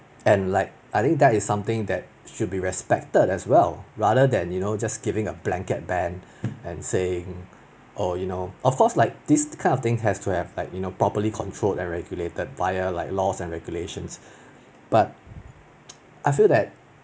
and like I think that is something that should be respected as well rather than you know just giving a blanket ban and say oh you know of course like this kind of thing has to have like you know properly controlled and regulated via laws and regulations but I feel that